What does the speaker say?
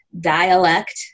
dialect